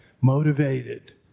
motivated